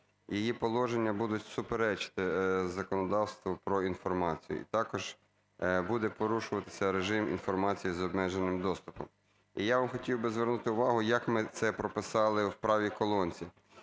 її положення будуть суперечити законодавству про інформацію. Також буде порушуватися режим інформації з обмеженим доступом. І я хотів би звернути увагу, як ми це прописали в правій колонці.